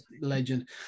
legend